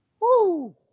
Woo